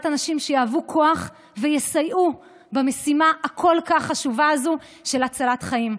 אנשים שיהוו כוח ויסייעו במשימה הכל-כך חשובה הזו של הצלת חיים.